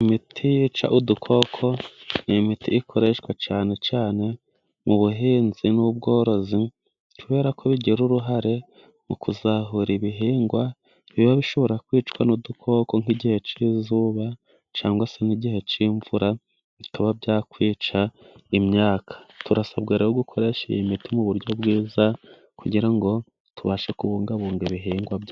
Imiti yica udukoko, ni imiti ikoreshwa cyane cyane mu buhinzi ,n'ubworozi, kubera ko igira uruhare mu kuzahura ibihingwa, biba bishobora kwicwa n'udukoko, nk'igihe cy'izuba cyangwa igihe cy'imvura, bikaba byakwica imyaka. Turasabwa gukoresha iyi miti mu buryo bwiza, kugira ngo tubashe kubungabunga ibihingwa byacu.